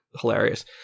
hilarious